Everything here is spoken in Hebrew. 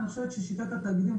אני חושבת ששיטת התאגידים,